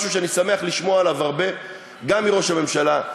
זה משהו שאני שמח לשמוע עליו הרבה גם מראש הממשלה,